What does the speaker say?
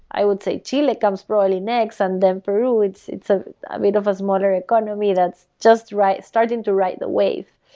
i would say chile comes probably next and then peru. it's it's a bit of a smaller economy that's just starting to ride the wave.